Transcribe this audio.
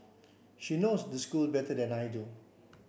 she knows the school better than I do